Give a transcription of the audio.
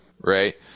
right